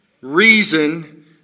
reason